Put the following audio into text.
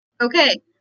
Okay